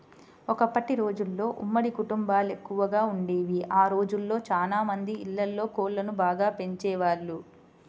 ఒకప్పటి రోజుల్లో ఉమ్మడి కుటుంబాలెక్కువగా వుండేవి, ఆ రోజుల్లో చానా మంది ఇళ్ళల్లో కోళ్ళను బాగా పెంచేవాళ్ళు